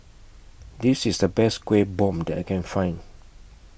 This IS The Best Kuih Bom that I Can Find